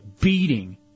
beating